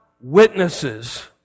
witnesses